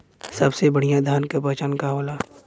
सबसे बढ़ियां धान का पहचान का होला?